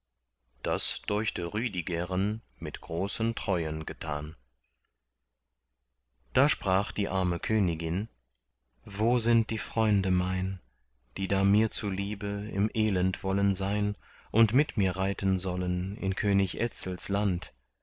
das deuchte rüdigeren mit großen treuen getan da sprach die arme königin wo sind die freunde mein die da mir zuliebe im elend wollen sein und mit mir reiten sollen in könig etzels land